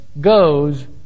goes